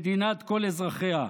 מדינת כל אזרחיה.